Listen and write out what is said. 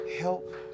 help